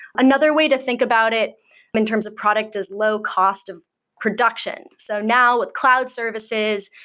another way to think about it in terms of product is low cost of production. so, now, with cloud services,